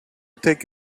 take